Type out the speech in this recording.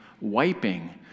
wiping